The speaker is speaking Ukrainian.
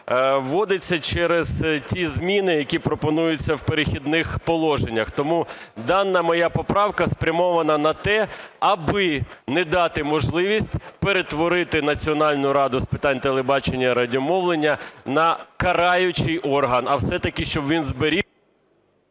вводиться через ті зміни, які пропонуються в "Перехідних положеннях". Тому дана моя поправка спрямована на те, аби не дати можливість перетворити Національну раду з питань телебачення і радіомовлення на караючий орган, а все-таки щоб він зберіг...